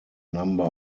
number